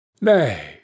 Nay